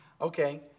Okay